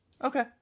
Okay